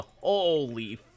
holy